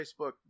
Facebook